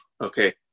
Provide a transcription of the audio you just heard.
Okay